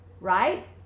right